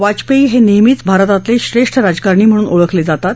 वाजपेयी नेहमीच भारतातले श्रेष्ठ राजकारणी म्हणून ओळखले जातात